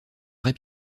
vrai